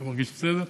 אתה מרגיש בסדר?